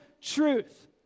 truth